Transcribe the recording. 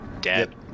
dead